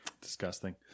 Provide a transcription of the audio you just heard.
Disgusting